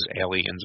aliens